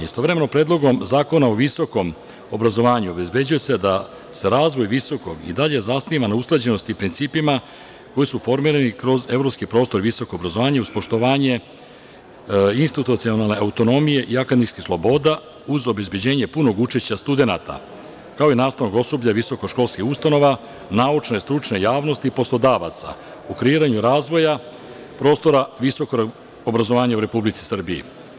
Istovremeno, Predlogom zakona o visokom obrazovanju obezbeđuje se da se razvoj visokog i dalje zasniva na usklađenosti i principima koji su formirani kroz evropski prostor i visoko obrazovanje, uz poštovanje institucionalne autonomije i akademskih sloboda uz obezbeđenje punog učešća studenata, kao i nastavnog osoblja visokoškolskih ustanova, naučne, stručne javnosti i poslodavaca u kreiranju razvoja prostora visokog obrazovanja u Republici Srbiji.